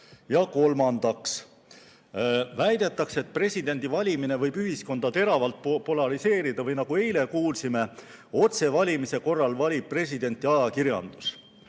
valimiskogus. Kolmandaks väidetakse, et presidendi valimine võib ühiskonda teravalt polariseerida või, nagu eile kuulsime, otsevalimise korral valib presidenti ajakirjandus.